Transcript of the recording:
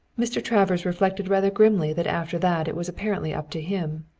mr. travers reflected rather grimly that after that it was apparently up to him.